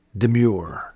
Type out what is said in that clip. demure